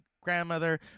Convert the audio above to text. grandmother